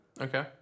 okay